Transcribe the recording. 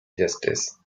justice